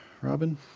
Robin